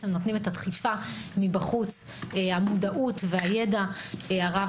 שנותנים את הדחיפה מבחוץ ואת המודעות והידע הרב.